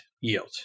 yield